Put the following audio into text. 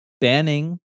banning